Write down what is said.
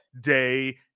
day